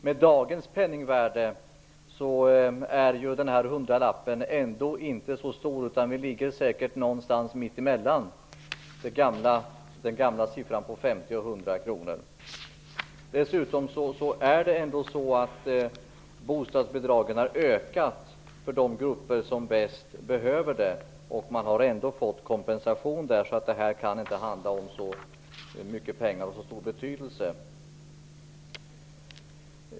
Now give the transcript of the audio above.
Med dagens penningvärde är den här hundralappen ändå inte så mycket. Vi ligger säkert någonstans mittemellan de 50 respektive 100 kronorna. Bostadsbidragen har ökat för de grupper som bäst behöver bidragen. Man har ändå fått kompensation. Det här kan därför inte handla om särskilt mycket pengar eller ha så stor betydelse.